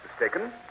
mistaken